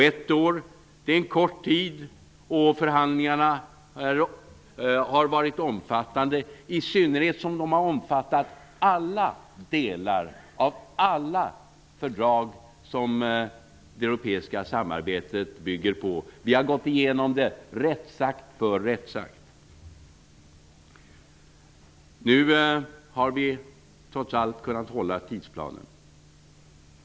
Ett år är en kort tid och förhandlingarna har varit omfattande, i synnerhet som de omfattat alla delar av alla fördrag som det europeiska samarbetet bygger på. Vi har gått igenom rättsakt för rättsakt. Nu har vi trots allt kunnat hålla tidsplanen.